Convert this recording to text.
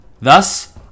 Thus